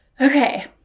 Okay